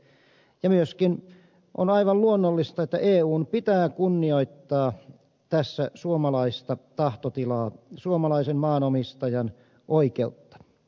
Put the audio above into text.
on myöskin aivan luonnollista että eun pitää kunnioittaa tässä suomalaista tahtotilaa suomalaisen maanomistajan oikeutta